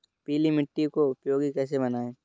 पीली मिट्टी को उपयोगी कैसे बनाएँ?